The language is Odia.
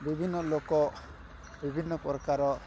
ବିଭିନ୍ନ ଲୋକ ବିଭିନ୍ନ ପ୍ରକାର